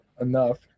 enough